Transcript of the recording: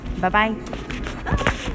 Bye-bye